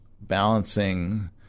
balancing –